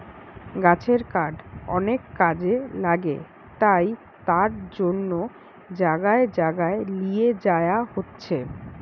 গাছের কাঠ অনেক কাজে লাগে তাই তার জন্যে জাগায় জাগায় লিয়ে যায়া হচ্ছে